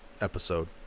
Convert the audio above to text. episode